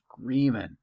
screaming